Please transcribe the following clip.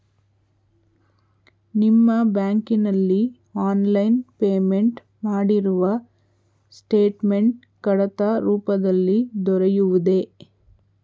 ನಿಮ್ಮ ಬ್ಯಾಂಕಿನಲ್ಲಿ online payment ಮಾಡಿರುವ ಸ್ಟೇಟ್ಮೆಂಟ್ ಕಡತ ರೂಪದಲ್ಲಿ ದೊರೆಯುವುದೇ?